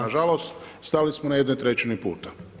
Nažalost stali smo na jednoj trećini puta.